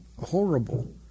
horrible